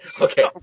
Okay